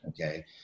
okay